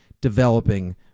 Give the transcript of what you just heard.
developing